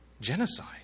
genocide